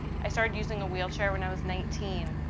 i started using a wheelchair when i was nineteen.